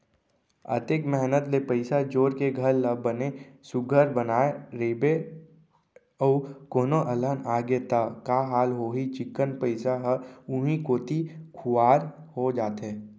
अतेक मेहनत ले पइसा जोर के घर ल बने सुग्घर बनाए रइबे अउ कोनो अलहन आगे त का हाल होही चिक्कन पइसा ह उहीं कोती खुवार हो जाथे